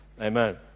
Amen